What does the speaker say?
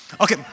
Okay